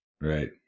right